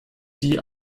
die